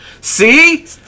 See